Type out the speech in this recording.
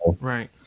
right